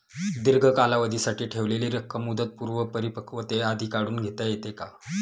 दीर्घ कालावधीसाठी ठेवलेली रक्कम मुदतपूर्व परिपक्वतेआधी काढून घेता येते का?